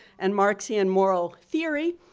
and marxian moral theory.